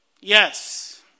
Yes